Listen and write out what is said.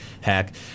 hack